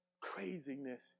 craziness